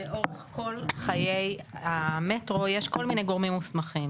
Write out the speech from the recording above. לאורך כל חיי המטרו יש כל מיני גורמים מוסמכים.